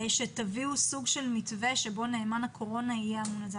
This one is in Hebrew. שתביאו סוג של מתווה שבו נאמן הקורונה יהיה אמון על זה.